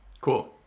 Cool